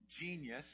genius